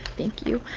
thank you.